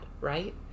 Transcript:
Right